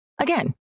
Again